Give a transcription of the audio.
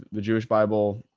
the jewish bible,